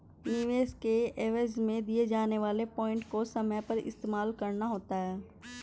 निवेश के एवज में दिए जाने वाले पॉइंट को समय पर इस्तेमाल करना होता है